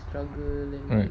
right